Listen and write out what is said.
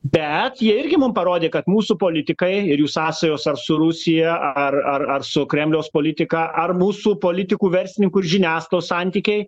bet jie irgi mum parodė kad mūsų politikai ir jų sąsajos ar su rusija ar ar ar su kremliaus politika ar mūsų politikų verslininkų ir žiniasklaidos santykiai